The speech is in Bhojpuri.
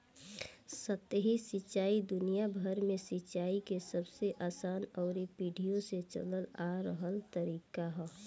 सतही सिंचाई दुनियाभर में सिंचाई के सबसे आसान अउरी पीढ़ियो से चलल आ रहल तरीका ह